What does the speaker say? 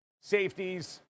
safeties